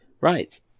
Right